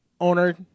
owner